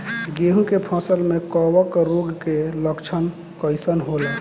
गेहूं के फसल में कवक रोग के लक्षण कइसन होला?